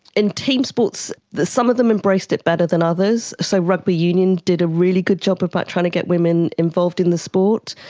in teams sports some of them embraced it better than others, so rugby union did a really good job of but trying to get women involved in the sport.